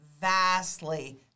vastly